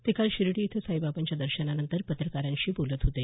ते काल शिर्डी इथं साईबाबांच्या दर्शनानंतर पत्रकारांशी बोलत होते